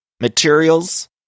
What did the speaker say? materials